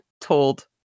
told